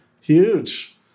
Huge